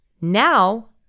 now